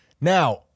Now